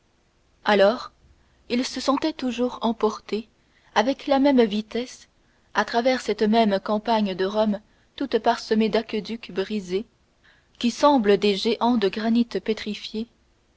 alors il se sentait toujours emporté avec la même vitesse à travers cette même campagne de rome toute parsemée d'aqueducs brisés qui semblent des géants de granit pétrifiés